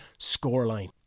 Scoreline